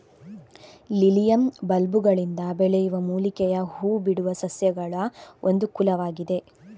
lilium ಬಲ್ಬುಗಳಿಂದ ಬೆಳೆಯುವ ಮೂಲಿಕೆಯ ಹೂ ಬಿಡುವ ಸಸ್ಯಗಳಒಂದು ಕುಲವಾಗಿದೆ